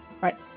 Right